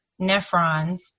nephrons